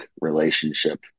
relationship